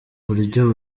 buryo